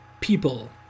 people